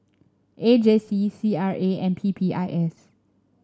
A J C C R A and P P I S